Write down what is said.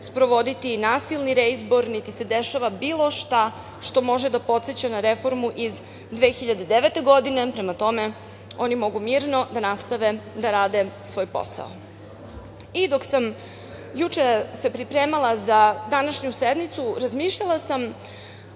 sprovoditi nasilni reizbor, niti se dešava bilo šta što može da podseća na reformu iz 2009. godine. Prema tome, oni mogu mirno da nastave da rade svoj posao. Dok sam se juče pripremala za današnju sednicu, razmišljala sam